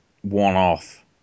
one-off